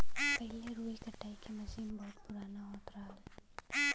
पहिले रुई कटाई के मसीन बहुत पुराना होत रहल